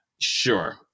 sure